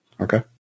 okay